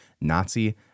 Nazi